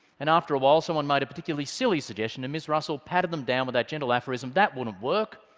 and after a while, someone made a particularly silly suggestion and ms. russell patted them down with that gentle aphorism, that wouldn't work.